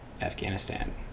Afghanistan